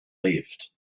left